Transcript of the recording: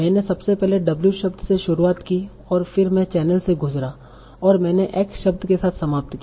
मैंने सबसे पहले w शब्द से शुरुआत की और फिर मैं चैनल से गुज़रा और मैंने x शब्द के साथ समाप्त किया